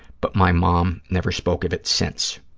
but my mom never spoke of it since.